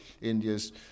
India's